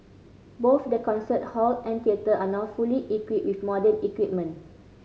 both the concert hall and theatre are now fully equipped with modern equipment